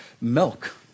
milk